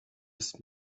ist